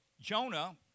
Jonah